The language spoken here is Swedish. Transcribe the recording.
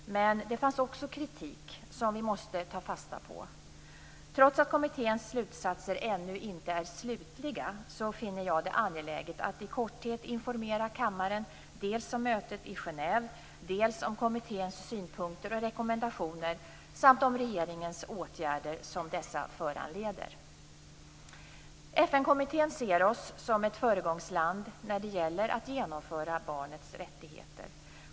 Men det fanns också kritik som vi måste ta fasta på. Trots att kommitténs slutsatser ännu inte är slutliga finner jag det angeläget att i korthet informera kammaren dels om mötet i Genève, dels om kommitténs synpunkter och rekommendationer samt om regeringens åtgärder som dessa föranleder. FN-kommittén ser oss som ett föregångsland när det gäller att genomföra barnets rättigheter.